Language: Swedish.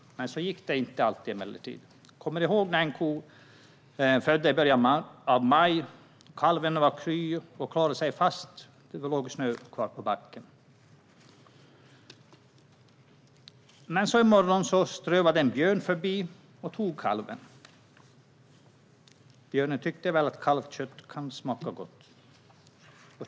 Men det gick inte alltid. Jag kommer ihåg när en ko födde i början av maj. Kalven var kry och klarade sig fast det låg snö kvar på marken. Men så en morgon strövade en björn förbi och tog kalven. Björnen tyckte väl att kalvkött kunde smaka gott.